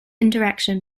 interaction